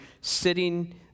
sitting